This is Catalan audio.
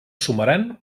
sumaran